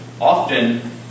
often